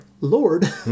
Lord